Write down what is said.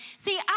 See